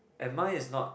and mine is not